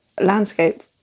Landscape